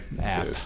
app